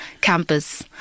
campus